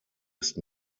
ist